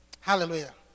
Hallelujah